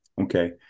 okay